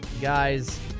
guys